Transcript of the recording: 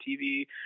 TV